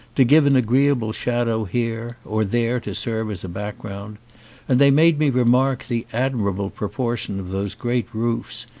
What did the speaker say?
to give an agree able shadow here, or there to serve as a back ground and they made me remark the admirable proportion of those great roofs,